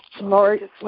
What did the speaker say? Lori